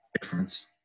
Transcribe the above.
difference